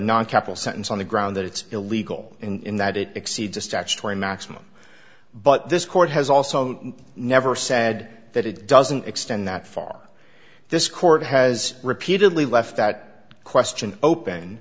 non capital sentence on the ground that it's illegal in that it exceeds a statutory maximum but this court has also never said that it doesn't extend that far this court has repeatedly left that question open